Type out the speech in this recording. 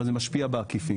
אבל זה משפיע בעקיפין,